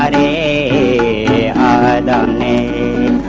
ah a a